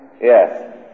yes